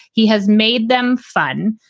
he has made them fun.